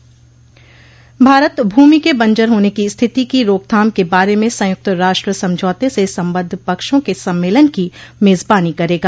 भारत भूमि के बंजर होने की स्थिति की राकथाम के बारे में संयुक्त राष्ट्र समझौते से संबद्ध पक्षों के सम्मेलन की मेजबानी करेगा